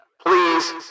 Please